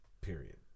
period